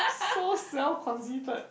so self conceited